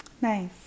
Nice